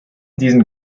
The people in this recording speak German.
diesen